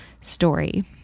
story